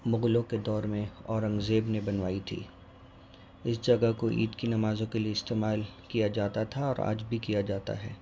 مغلوں کے دور میں اورنگ زیب نے بنوائی تھی اس جگہ کو عید کی نمازوں کے لیے استعمال کیا جاتا تھا اور آج بھی کیا جاتا ہے